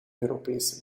europese